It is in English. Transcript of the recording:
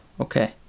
Okay